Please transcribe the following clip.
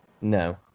No